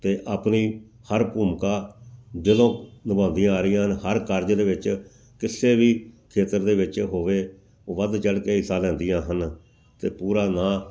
ਅਤੇ ਆਪਣੀ ਹਰ ਭੂਮਿਕਾ ਜਦੋਂ ਨਿਭਾਉਂਦੀਆਂ ਆ ਰਹੀਆਂ ਹਨ ਹਰ ਕਾਰਜ ਦੇ ਵਿੱਚ ਕਿਸੇ ਵੀ ਖੇਤਰ ਦੇ ਵਿੱਚ ਹੋਵੇ ਵੱਧ ਚੜ੍ਹ ਕੇ ਹਿੱਸਾ ਲੈਂਦੀਆਂ ਹਨ ਅਤੇ ਪੂਰਾ ਨਾਂ